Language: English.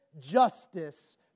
justice